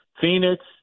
Phoenix